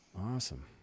awesome